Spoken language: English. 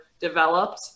developed